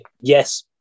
yes